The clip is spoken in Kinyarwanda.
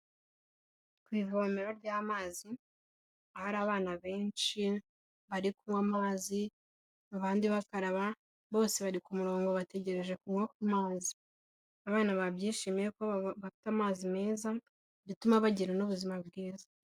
Ku ivomero ry'amazi, ahari abana benshi bari kunywa amazi, abandi bakaraba, bose bari ku murongo bategereje kunywa ku mazi. Abana babyishimiye ko bafite amazi meza, bituma bagira n'ubuzima bwiza.